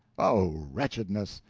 oh, wretchedness!